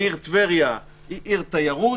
העיר טבריה היא עיר תיירות,